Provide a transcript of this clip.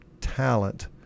talent